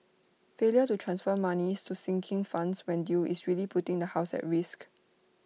failure to transfer monies to sinking funds when due is really putting the house at risk